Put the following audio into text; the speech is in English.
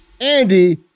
Andy